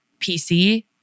PC